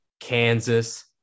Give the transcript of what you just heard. kansas